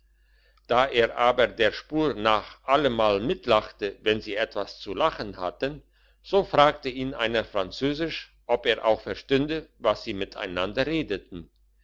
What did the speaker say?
da er aber der spur nach allemal mitlachte wenn sie etwas zu lachen hatten so fragte ihn einer französisch ob er auch verstünde was sie miteinander redeten